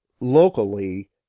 locally